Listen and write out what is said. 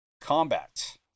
combat